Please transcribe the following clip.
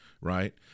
right